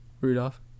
Rudolph